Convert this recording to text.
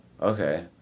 Okay